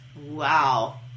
Wow